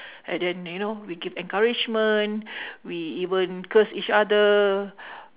and then you know we give encouragement we even curse each other